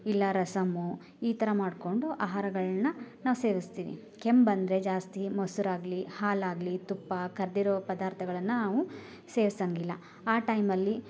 ಇಲ್ಲ ರಸಮ್ಮು ಈ ಥರ ಮಾಡ್ಕೊಂಡು ಆಹಾರಗಳನ್ನ ನಾವು ಸೇವಿಸ್ತೀವಿ ಕೆಮ್ಮು ಬಂದರೆ ಜಾಸ್ತಿ ಮೊಸರಾಗ್ಲಿ ಹಾಲಾಗಲಿ ತುಪ್ಪ ಕರ್ದಿರೋ ಪದಾರ್ಥಗಳನ್ನ ನಾವು ಸೇವಿಸಂಗಿಲ್ಲ ಆ ಟೈಮಲ್ಲಿ